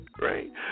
right